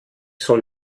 soll